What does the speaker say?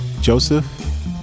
Joseph